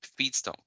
feedstock